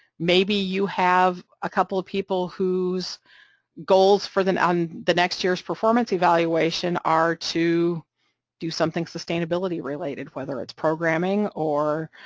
maybe you have a couple of people whose goals for the um the next year's performance evaluation are to do something sustainability-related, whether it's programming or,